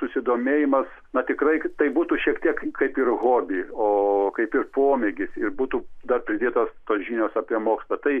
susidomėjimas na tikrai tai būtų šiek tiek kaip ir hobi o kaip ir pomėgis ir būtų dar pridėtos tos žinios apie mokslą tai